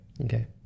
okay